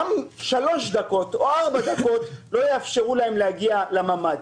גם שלוש דקות או ארבע דקות התרעה לא יאפשרו להם להגיע לממ"ד.